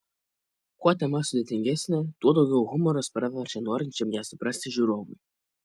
kuo tema sudėtingesnė tuo daugiau humoras praverčia norinčiam ją suprasti žiūrovui